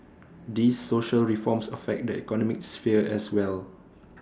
these social reforms affect the economic sphere as well